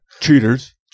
cheaters